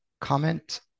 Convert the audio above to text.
comment